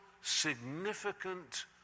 significant